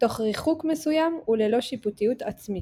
תוך ריחוק מסוים וללא שיפוטיות עצמית.